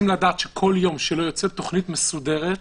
יום שלא יוצאת תוכנית מסודרת,